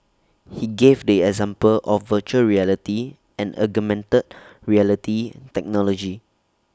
he gave the example of Virtual Reality and augmented reality technology